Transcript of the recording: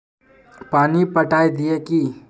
पानी पटाय दिये की?